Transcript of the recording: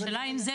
השאלה אם זה